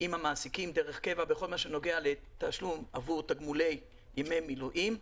עם המעסיקים דרך קבע בכל הנוגע לתשלום עבור תגמולי ימי מילואים,